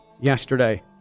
yesterday